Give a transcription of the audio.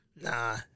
Nah